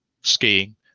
skiing